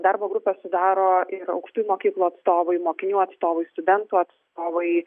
darbo grupę sudaro ir aukštųjų mokyklų atstovai mokinių atstovai studentų atstovai